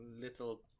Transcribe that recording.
little